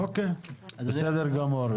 אוקיי, בסדר גמור.